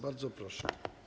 Bardzo proszę.